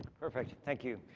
perfect, thank you.